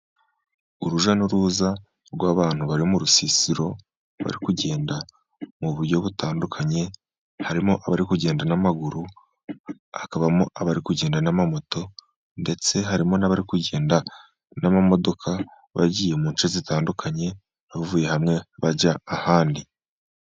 Urujya n'uruza rw'abantu bari mu rusisiro, bari kugenda mu buryo butandukanye, harimo abari kugenda n'amaguru, hakabamo abari kugenda n'amamoto, ndetse harimo n'abari kugenda n'amamodoka, bagiye mu nce zitandukanye, bavuye hamwe bajya ahandi.